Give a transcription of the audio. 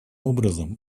образом